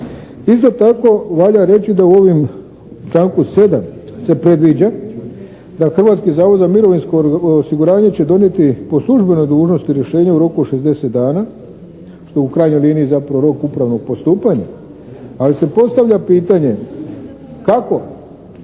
Isto tako valja reći da u ovim članku 7. se predviđa da Hrvatski zavod za mirovinsko osiguranje će donijeti po službenoj dužnosti rješenje u roku od 60 dana, što u krajnjoj liniji zapravo rok upravnog postupanja ali se postavlja pitanje kako